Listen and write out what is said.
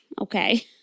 Okay